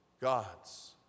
God's